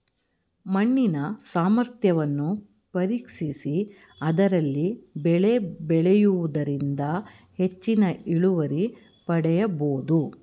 ಮಣ್ಣಿನ ಸಾಮರ್ಥ್ಯವನ್ನು ಪರೀಕ್ಷಿಸಿ ಅದರಲ್ಲಿ ಬೆಳೆ ಬೆಳೆಯೂದರಿಂದ ಹೆಚ್ಚಿನ ಇಳುವರಿ ಪಡೆಯಬೋದು